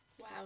Wow